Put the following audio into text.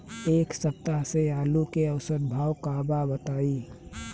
एक सप्ताह से आलू के औसत भाव का बा बताई?